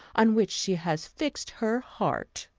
on which she has fixed her heart.